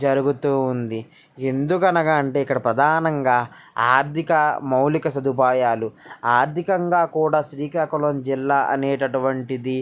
జరుగుతూ ఉంది ఎందుకనగా అంటే ఇక్కడ ప్రదానంగా ఆర్థిక మౌలిక సదుపాయాలు ఆర్థికంగా కూడా శ్రీకాకుళం జిల్లా అనే అటువంటిది